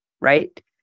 right